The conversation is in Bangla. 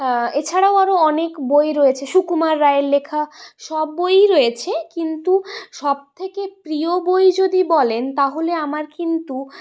এছাড়াও আরও অনেক বই রয়েছে সুকুমার রায়ের লেখা সব বইই রয়েছে কিন্তু সবথেকে প্রিয় বই যদি বলেন তাহলে আমার কিন্তু